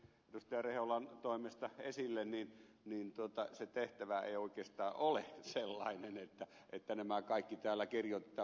rehulan toimesta esille se tehtävä ei oikeastaan ole sellainen että nämä kaikki kirjoitetaan täällä uudestaan